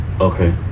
okay